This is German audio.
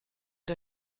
der